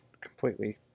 completely